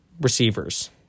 receivers